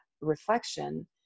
reflection